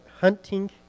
hunting